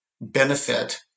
benefit